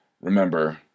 remember